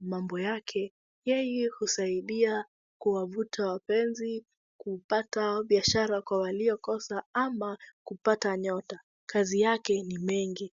mambo yake. Yeye husaidia kuwavuta wapenzi, kupata biashara kwa waliokosa ama kupata nyota. Kazi yake ni mengi.